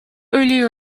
earlier